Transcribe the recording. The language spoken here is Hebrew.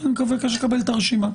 מבקש לקבל את הרשימה,